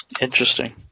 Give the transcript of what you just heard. interesting